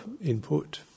input